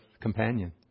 companion